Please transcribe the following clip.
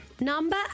Number